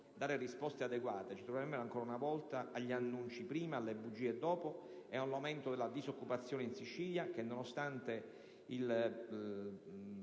dare risposte adeguate, il Governo sarà ancora una volta agli annunci prima e alle bugie dopo di fronte a un aumento della disoccupazione in Sicilia che, nonostante la